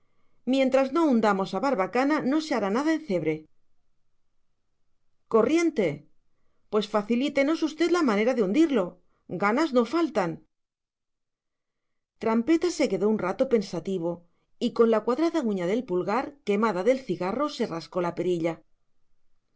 mientras no hundamos a barbacana no se hará nada en cebre corriente pues facilítenos usted la manera de hundirlo ganas no faltan trampeta se quedó un rato pensativo y con la cuadrada uña del pulgar quemada del cigarro se rascó la perilla